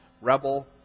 rebel